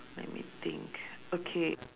let me think okay